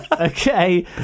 Okay